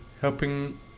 helping